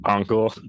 Uncle